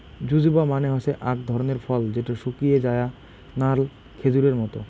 জুজুবা মানে হসে আক ধরণের ফল যেটো শুকিয়ে যায়া নাল খেজুরের মত